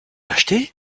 l’acheter